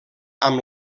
amb